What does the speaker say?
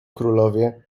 królowie